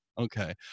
okay